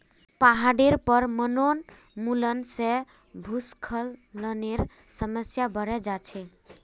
पहाडेर पर वनोन्मूलन से भूस्खलनेर समस्या बढ़े जा छे